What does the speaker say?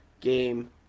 game